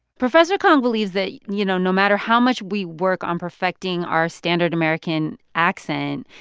professor kang believes that, you know, no matter how much we work on perfecting our standard american accent,